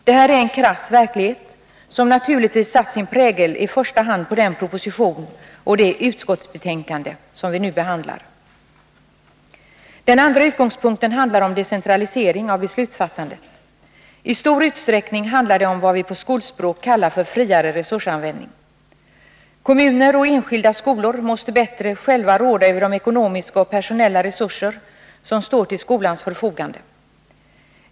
Det här är en krass verklighet, som naturligtvis har satt sin prägel i första hand på den proposition och det utskottsbetänkande som vi nu behandlar. Den andra utgångspunkten är en decentralisering av beslutsfattandet. I stor utsträckning handlar det om vad vi på skolspråk kallar för friare resursanvändning. Kommuner och enskilda skolor måste bättre själva råda över de ekonomiska och personella resurser som står till skolans förfogande.